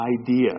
idea